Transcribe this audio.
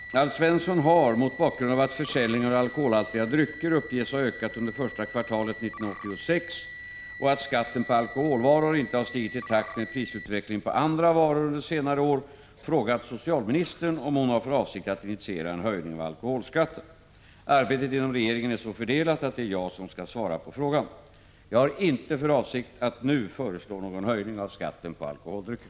Fru talman! Alf Svensson har, mot bakgrund av att försäljningen av alkoholhaltiga drycker uppges ha ökat under första kvartalet 1986 och att skatten på alkoholvaror inte har stigit i takt med prisutvecklingen på andra varor under senare år, frågat socialministern om hon har för avsikt att initiera en höjning av alkoholskatten. Arbetet inom regeringen är så fördelat att det är jag som skall svara på frågan. Jag har inte för avsikt att nu föreslå någon höjning av skatten på alkoholdrycker.